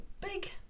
big